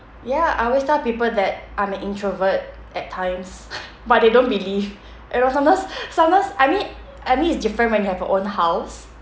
ya I always tell people that I'm an introvert at times but they don't believe everyone sometimes sometimes I mean I mean it's different when you have your own house